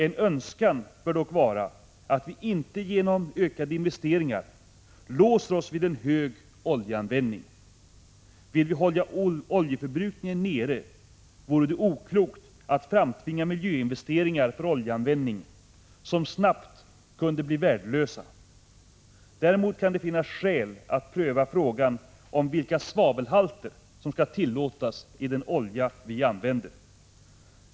En utgångspunkt bör dock vara att vi inte genom ökade investeringar låser oss vid en stor oljeanvändning. Vill vi hålla oljeförbrukningen nere, vore det oklokt att framtvinga miljöinvesteringar för oljeanvändning som snabbt kunde bli värdelösa. Däremot kan det finnas skäl att pröva frågan om vilka svavelhalter som skall tillåtas i den olja vi använder.